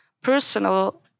personal